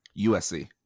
USC